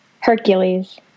Hercules